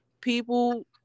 people